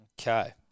Okay